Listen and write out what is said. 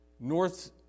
North